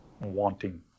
wanting